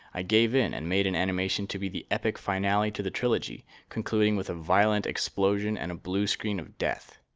i gave in and made an animation to be the epic finale to the trilogy, concluding with a violent explosion and a blue screen of death.